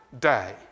day